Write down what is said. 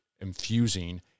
infusing